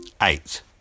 Eight